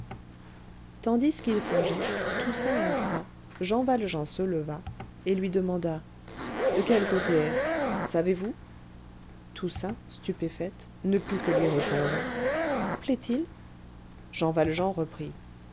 tandis qu'il songeait toussaint entra jean valjean se leva et lui demanda de quel côté est-ce savez-vous toussaint stupéfaite ne put que lui répondre plaît-il jean valjean reprit